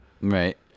right